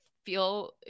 feel